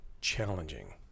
challenging